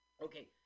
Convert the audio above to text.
Okay